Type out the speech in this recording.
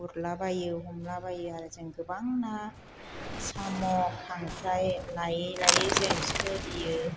गुरलाबायो हमलाबायो आरो जों गोबां ना साम' खांख्राइ लायै लायै जों सोलियो